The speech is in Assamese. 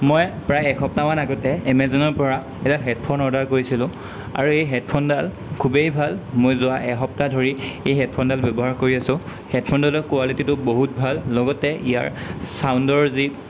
মই প্ৰায় এসপ্তাহমান আগতে এমেজনৰ পৰা এডাল হেডফোন অৰ্ডাৰ কৰিছিলোঁ আৰু এই হেডফোনডাল খুবেই ভাল মই যোৱা এসপ্তাহ ধৰি এই হেডফোনডাল ব্যৱহাৰ কৰি আছোঁ হেডফোনডালৰ কোৱালিটিটো বহুত ভাল লগতে ইয়াৰ ছাউণ্ডৰ যি